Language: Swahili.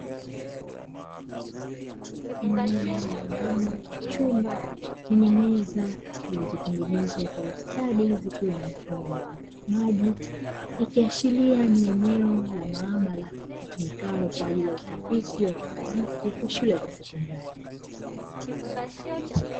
Eneo la ndani ya chumba chenye meza zilizotengenezwa kwa ustadi zikiwa na mfumo wa maji, ikiashiria ni eneo la maabara litumikalo kwaajili ya utafiti wa kisayansi kwa shule za sekondari.